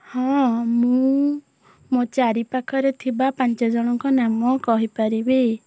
ହଁ ମୁଁ ମୋ ଚାରିପାଖରେ ଥିବା ପାଞ୍ଚଜଣଙ୍କ ନାମ କହିପାରିବି